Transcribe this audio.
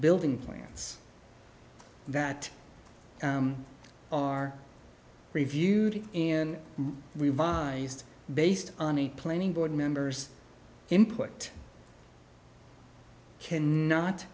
building plans that are reviewed and revised based on a planing board members input can not